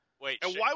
Wait